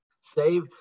Save